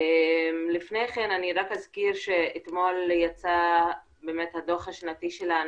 לפני כן אני רק אזכיר שאתמול יצא הדוח השנתי שלנו,